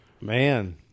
Man